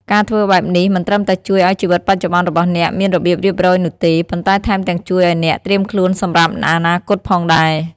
ការធ្វើបែបនេះមិនត្រឹមតែជួយឲ្យជីវិតបច្ចុប្បន្នរបស់អ្នកមានរបៀបរៀបរយនោះទេ ប៉ុន្តែថែមទាំងជួយឲ្យអ្នកត្រៀមខ្លួនសម្រាប់អនាគតផងដែរ។